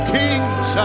kings